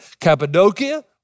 Cappadocia